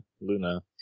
Luna